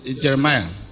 jeremiah